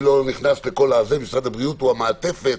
משרד הבריאות הוא המעטת.